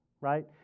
right